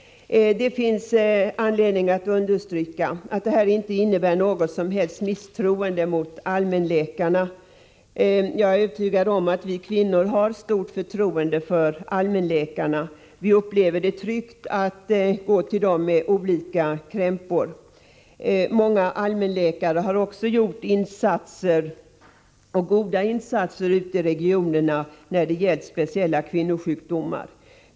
Det finns anledning att understryka att detta inte innebär något som helst misstroende mot allmänläkarna. Jag är övertygad om att vi kvinnor har stort förtroende för allmänläkarna. Vi upplever det tryggt att gå till dem med olika krämpor. Många allmänläkare har också gjort goda insatser ute i regionerna när det gällt speciella kvinnosjukdomar.